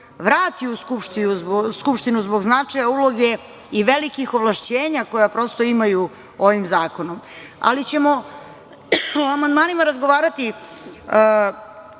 vrati u Skupštinu zbog značaja uloge i velikih ovlašćenja koja prosto imaju ovim zakonom, ali ćemo po amandmanima razgovarati